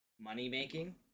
money-making